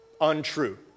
untrue